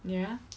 you know